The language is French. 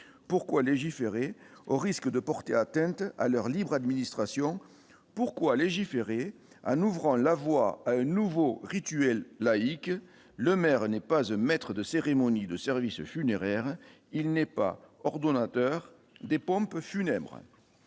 pourquoi légiférer au risque de porter atteinte à leur libre administration pourquoi légiférer en ouvrant la voie à un nouveau rituel laïque, le maire n'est pas un maître de cérémonie de service funéraire, il n'est pas ordonnateur des pompes funèbres,